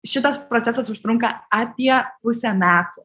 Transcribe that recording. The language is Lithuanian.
šitas procesas užtrunka apie pusę metų